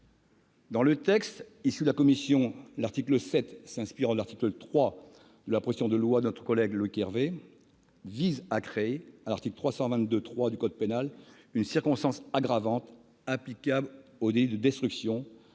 Dans le texte issu des travaux de la commission, l'article 7, s'inspirant de l'article 3 de la proposition de loi de notre collègue Loïc Hervé, vise à créer, à l'article 322-3 du code pénal, une circonstance aggravante applicable au délit de destruction,